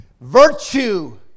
Virtue